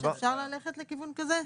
שאפשר ללכת לכיוון כזה?